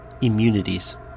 Immunities